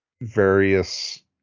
various